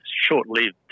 short-lived